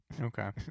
Okay